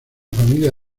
familia